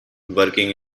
working